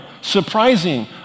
surprising